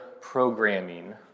programming